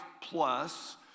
Plus